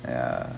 ya